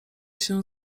się